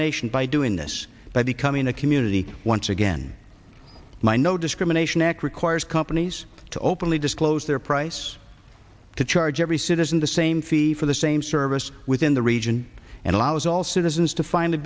nation by doing this by becoming a community once again my no discrimination act requires companies to openly disclose their price to charge every citizen the same fee for the same service within the region and allows all citizens to find